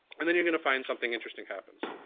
and then you're going to find something interesting happens.